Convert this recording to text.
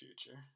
future